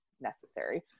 necessary